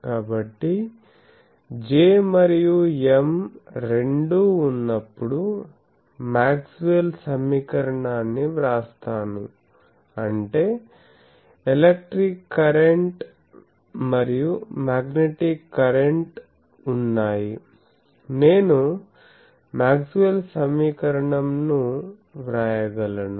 కాబట్టి J మరియు M రెండూ ఉన్నప్పుడు మాక్స్వెల్ సమీకరణాన్ని Maxwell's Equations వ్రాస్తాను అంటే ఎలక్ట్రిక్ కరెంట్ మరియు మ్యాగ్నెటిక్ కరెంట్ ఉన్నాయి నేను మాక్స్వెల్ సమీకరణం నుMaxwell's equations వ్రాయగలను